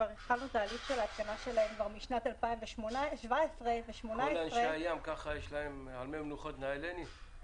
התחלנו תהליך של התקנה שלהן כבר משנת 2017. כל אנשי הים הם "על מי מנוחות ינהלני"?